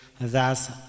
thus